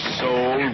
soul